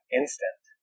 instant